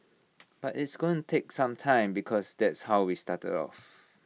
but it's going take some time because that's how we started off